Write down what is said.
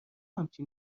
همچین